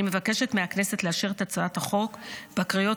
אני מבקשת מהכנסת לאשר את הצעת החוק בקריאות